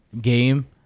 game